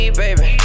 baby